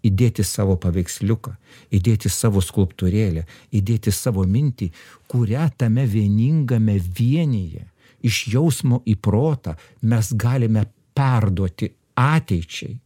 įdėti savo paveiksliuką įdėti savo skulptūrėlę įdėti savo mintį kurią tame vieningame vienyje iš jausmo į protą mes galime perduoti ateičiai